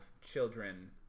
children